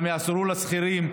וגם יעזרו לשכירים.